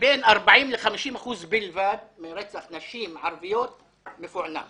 בין 40 ל-50 אחוזים בלבד מרצח נשים ערביות מפוענחים.